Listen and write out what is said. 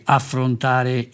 affrontare